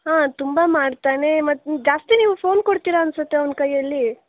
ಹಾಂ ತುಂಬ ಮಾಡ್ತಾನೆ ಮತ್ತು ಜಾಸ್ತಿ ನೀವು ಫೋನ್ ಕೊಡ್ತೀರನ್ನಿಸುತ್ತೆ ಅವನ ಕೈಯ್ಯಲ್ಲಿ